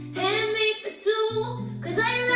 handmade for two cause i